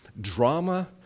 drama